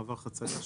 "מעבר חציה",